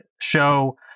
show